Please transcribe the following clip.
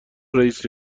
رئیست